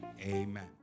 Amen